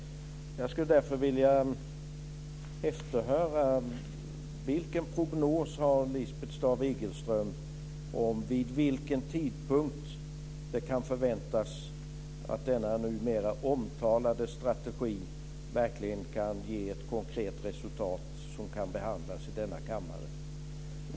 Jag skulle därför vilja efterhöra vilken prognos Lisbeth Staaf-Igelström har för vid vilken tidpunkt det kan förväntas att denna numera omtalade strategi verkligen kan ge ett konkret resultat, som kan behandlas i denna kammare.